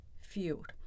field